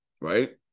right